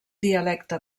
dialecte